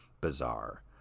Bizarre